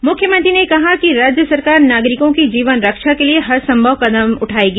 मुख्यमंत्री ने कहा कि राज्य सरकार नागरिकों की जीवन रक्षा के लिए हरसंभव कदम उठाएगी